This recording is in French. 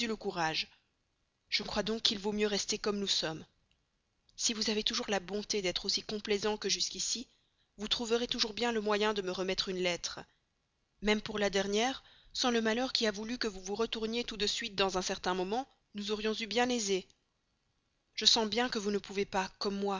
courage je crois donc qu'il vaut mieux rester comme nous sommes si vous avez toujours la bonté d'être aussi complaisant que jusqu'ici vous trouverez toujours bien le moyen de me remettre une lettre même la dernière sans le malheur qui a voulu que vous vous retourniez tout de suite dans un certain moment nous aurions eu bien aisé je sens bien que vous ne pouvez pas comme moi